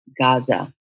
Gaza